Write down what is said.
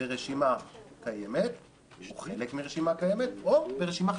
ברשימה קיימת או בחלק מרשימה קיימת או ברשימה חדשה?